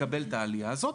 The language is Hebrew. יקבל את העלייה הזאת.